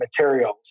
materials